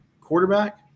quarterback